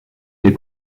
les